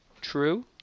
true